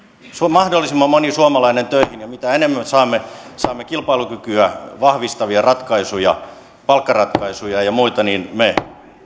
mahdollisimman moni suomalainen töihin ja mitä enemmän me saamme kilpailukykyä vahvistavia ratkaisuja palkkaratkaisuja ja muita sitä enemmän